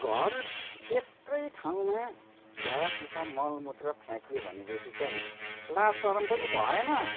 घर एकै ठाउँमा झाडापिसाब मलमूत्र फ्याँकियो भनेदेखि चाहिँ लाज सरम पनि भएन